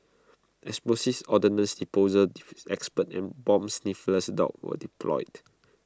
explosives ordnance disposal experts and bomb sniffer dogs were deployed